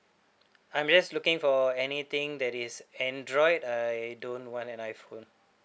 I'm just looking for anything that is android I don't want an iphone